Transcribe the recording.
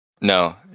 no